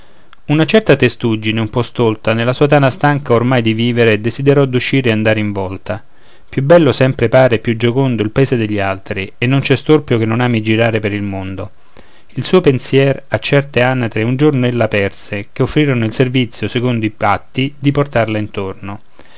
una certa testuggine un po stolta nella sua tana stanca ormai di vivere desiderò d'uscire e andare in volta più bello sempre pare e più giocondo il paese degli altri e non c'è storpio che non ami girare per il mondo il suo pensier a certe anatre un giorno ell'aperse che offrirono il servizio secondo i patti di portarla intorno